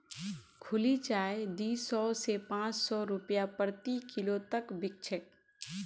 खुली चाय दी सौ स पाँच सौ रूपया प्रति किलो तक बिक छेक